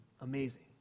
amazing